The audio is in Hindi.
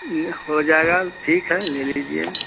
यह हो जाएगा ठीक है ले लीजिए